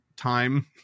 time